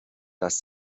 dass